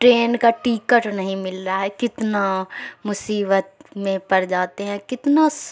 train کا ticket نہیں مل رہا ہے کتنا مصیبت میں پڑ جاتے ہیں کتنا